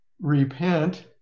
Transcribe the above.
Repent